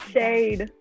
Shade